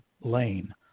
lane